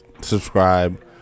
subscribe